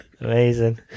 Amazing